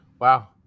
Wow